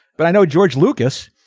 but i know george lucas.